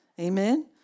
Amen